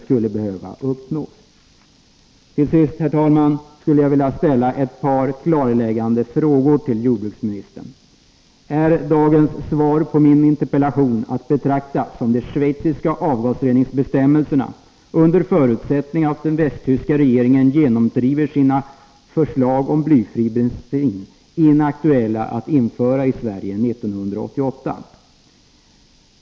Till sist, herr talman, skulle jag vilja ställa ett par ytterligare frågor till jordbruksministern och hoppas på ett klarläggande svar. Är dagens svar på min interpellation att betrakta som ett besked om att det är inaktuellt — under förutsättning att västtyska regeringen genomdriver sina förslag om blyfri bensin — att i Sverige införa de schweiziska avgasreningsbestämmelserna 1988?